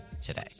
today